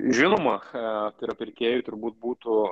žinoma cha tai yra pirkėjui turbūt būtų